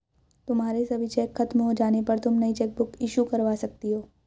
तुम्हारे सभी चेक खत्म हो जाने पर तुम नई चेकबुक इशू करवा सकती हो